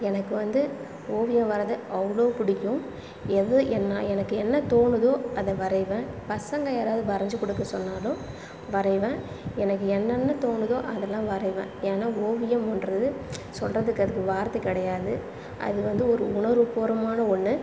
எனக்கு வந்து ஓவியம் வரது அவ்வளோ பிடிக்கும் எது என் நான் எனக்கு என்ன தோணுதோ அதை வரையுவேன் பசங்கள் யாராவது வரைஞ்சி கொடுக்க சொன்னாலும் வரையுவேன் எனக்கு என்னென்ன தோணுதோ அதெலாம் வரையுவேன் ஏன்னா ஓவியமுன்றது சொல்கிறதுக்கு அது வார்த்தை கிடையாது அது வந்து ஒரு உணர்வுபூர்வமான ஒன்று